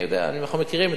אנחנו מכירים את הדעה,